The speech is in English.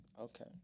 Okay